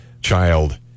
child